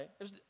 right